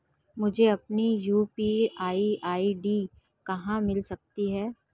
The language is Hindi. मुझे अपनी यू.पी.आई आई.डी कहां मिल सकती है?